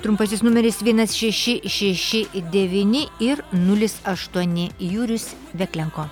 trumpasis numeris vienas šeši šeši devyni ir nulis aštuoni jurius veklenko